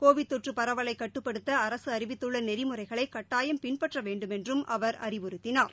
Covid தொற்று பரவலை கட்டுப்படுத்த அரசு அறிவித்துள்ள நெறிமுறைகளை கட்டாயம் பின்பற்ற வேண்டுமென்று அவர் அறிவுறுத்தினார்